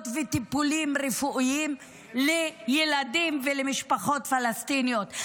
וטיפולים רפואיים לילדים ולמשפחות פלסטיניות.